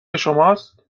شماست